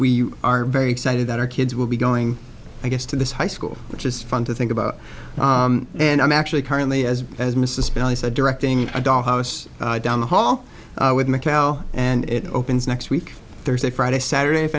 we are very excited that our kids will be going i guess to this high school which is fun to think about and i'm actually currently has as mrs bailey said directing a dollhouse down the hall with mikhail and it opens next week thursday friday saturday if